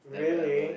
really